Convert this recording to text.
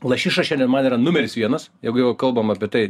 lašiša šiandien man yra numeris vienas jeigu jau kalbam apie tai